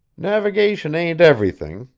navigation ain't everything,